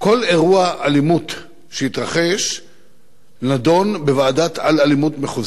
כל אירוע אלימות שהתרחש נדון בוועדת אל-אלימות מחוזית,